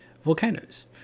volcanoes